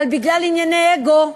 אבל בגלל ענייני אגו,